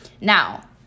Now